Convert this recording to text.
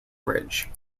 bridge